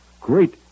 great